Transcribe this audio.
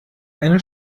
eine